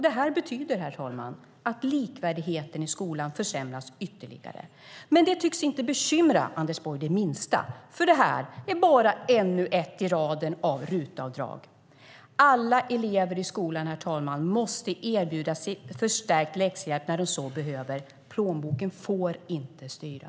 Det betyder, herr talman, att likvärdigheten i skolan försämras ytterligare. Det tycks dock inte bekymra Anders Borg det minsta, för det är bara ännu ett i raden av RUT-avdrag. Alla elever i skolan, herr talman, måste erbjudas förstärkt läxhjälp när de så behöver. Plånboken får inte styra.